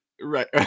Right